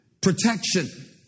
Protection